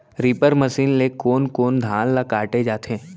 Reaper machine ले कोन कोन धान ल काटे जाथे?